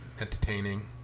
entertaining